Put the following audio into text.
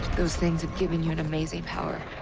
those things have given you an amazing power.